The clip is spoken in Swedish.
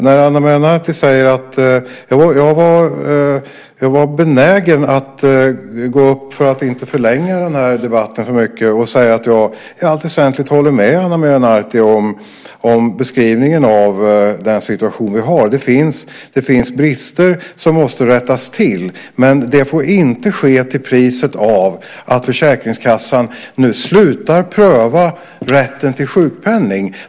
För att inte förlänga den här debatten för mycket var jag benägen att gå upp och säga att jag i allt väsentligt håller med Ana Maria Narti om beskrivningen av den situation vi har. Det finns brister som måste rättas till, men det får inte ske till priset av att Försäkringskassan nu slutar pröva rätten till sjukpenning.